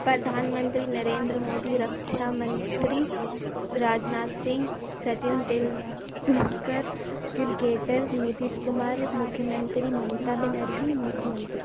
پردھان منتری نریندر موودی رکچھا منتری راجنااتھ سنگھ سچن تلدولکر کرکیٹر نیتیش کمار مکھھی منتری ممتا بینرجی مکھ منتری